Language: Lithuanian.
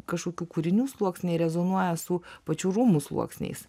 kažkokių kūrinių sluoksniai rezonuoja su pačių rūmų sluoksniais